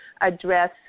address